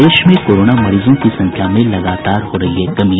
प्रदेश में कोरोना मरीजों की संख्या में लगातार हो रही है कमी